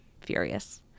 furious